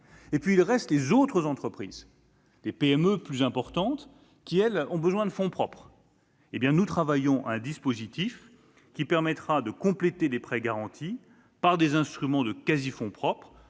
elles. Restent les autres entreprises, à savoir les PME plus importantes qui, elles, ont besoin de fonds propres. Nous travaillons à un dispositif qui permettra de compléter les prêts garantis par l'État par des instruments de quasi-fonds propres,